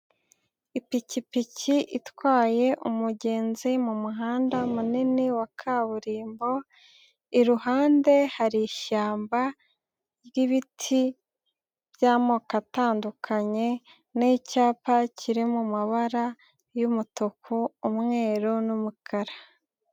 Ipikipiki itwaye umugenzi mu muhanda munini wa kaburimbo, iruhande hari ishyamba ry'ibiti by'amoko atandukanye n'icyapa kiri mu mabara y'umutuku, umweru n'umukara.